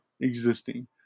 existing